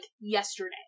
yesterday